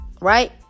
Right